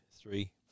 three